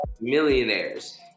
millionaires